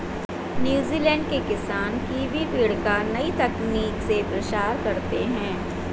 New Zealand के किसान kiwi पेड़ का नई तकनीक से प्रसार करते हैं